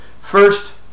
first